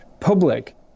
public